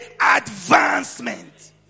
advancement